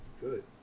Good